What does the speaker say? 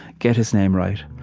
get his name right.